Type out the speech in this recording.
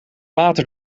later